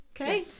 Okay